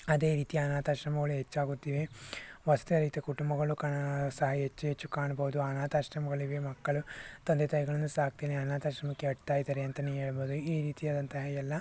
ಅದೇ ರೀತಿ ಅನಾಥಾಶ್ರಮಗಳು ಹೆಚ್ಚಾಗುತ್ತಿವೆ ವಸತಿ ರಹಿತ ಕುಟುಂಬಗಳು ಕಾಣ ಸಾ ಹೆಚ್ಚು ಹೆಚ್ಚು ಕಾಣ್ಬೋದು ಅನಾಥಾಶ್ರಮಗಳಿಗೆ ಮಕ್ಕಳು ತಂದೆ ತಾಯಿಗಳನ್ನು ಸಾಕದೇನೆ ಅನಾಥಾಶ್ರಮಕ್ಕೆ ಹಾಕ್ತಾಯಿದ್ದಾರೆ ಅಂತಲೇ ಹೇಳ್ಬೋದು ಈ ರೀತಿಯಾದಂತಹ ಎಲ್ಲ